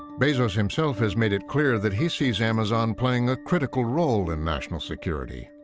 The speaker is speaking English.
bezos himself has made it clear that he sees amazon playing a critical role in national security,